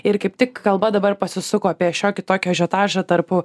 ir kaip tik kalba dabar pasisuko apie šiokį tokį ažiotažą tarp